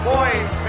Boys